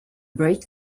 break